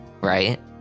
right